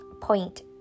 point